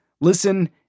Listen